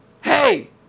hey